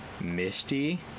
Misty